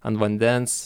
ant vandens